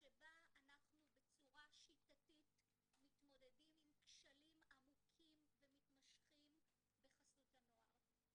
שבה אנחנו בצורה שיטתית מתמודדים עם כשלים עמוקים ומתמשכים בחסות הנוער.